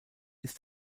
ist